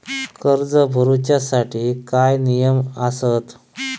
कर्ज भरूच्या साठी काय नियम आसत?